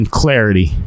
clarity